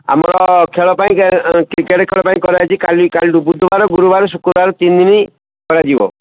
ଆମ ଖେଳ ପାଇଁ କ୍ରିକେଟ୍ ଖେଳ ପାଇଁ କରା ହୋଇଛି କାଲି କାଲିଠୁ ବୁଧବାର ଗୁରୁବାର ଶୁକ୍ରବାର ତିନି ଦିନ କରାଯିବ